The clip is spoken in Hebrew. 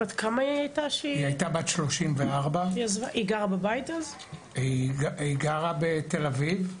היתה בת 34. היא גרה בתל אביב,